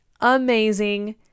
amazing